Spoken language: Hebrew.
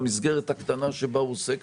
במסגרת הקטנה שבה הוא עוסק.